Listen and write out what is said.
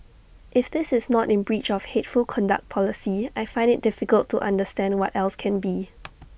if this is not in breach of hateful conduct policy I find IT difficult to understand what else can be